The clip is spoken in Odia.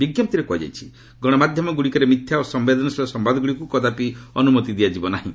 ବିଜ୍ଞପ୍ତିରେ କୁହାଯାଇଛି ଗଣମାଧ୍ୟମଗୁଡ଼ିକରେ ମିଥ୍ୟା ଓ ସମ୍ଭେଦନଶୀଳ ସମ୍ଭାଦଗୁଡ଼ିକୁ କଦାପି ଅନୁମତି ଦିଆଯିବ ନାହିଁ